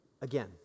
again